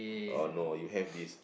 orh no you have this